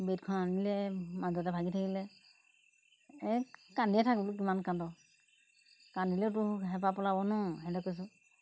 বেটখন আনিলে মাজতে ভাগি থাকিলে এই কান্দিয়ে থাক বোলো কিমান কান্দ কান্দিলেওতো হেঁপাহ পলাব ন সেইদৰে কৈছোঁ